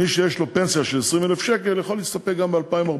מי שיש לו פנסיה של 20,000 שקל יכול להסתפק גם ב-2,400,